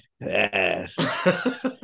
Yes